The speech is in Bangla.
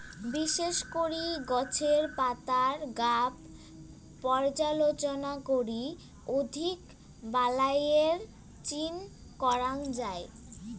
বিশেষ করি গছের পাতার গাব পর্যালোচনা করি অধিক বালাইয়ের চিন করাং যাই